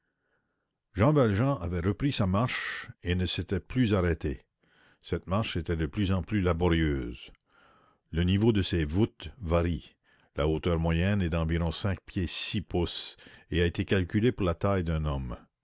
jean valjean avait repris sa marche et ne s'était plus arrêté cette marche était de plus en plus laborieuse le niveau de ces voûtes varie la hauteur moyenne est d'environ cinq pieds six pouces et a été calculée pour la taille d'un homme